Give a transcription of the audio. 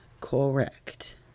Correct